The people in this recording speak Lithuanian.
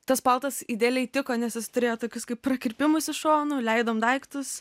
tas paltas idealiai tiko nes jis turėjo tokius kaip prakirpimus iš šonų leidom daiktus